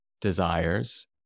desires